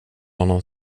honom